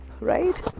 right